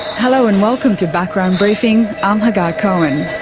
hello and welcome to background briefing, i'm hagar cohen.